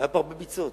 היו פה הרבה ביצות.